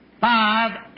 Five